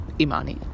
Imani